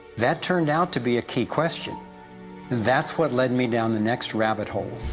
that turned out to be a key question. and that's what led me down the next rabbit hole.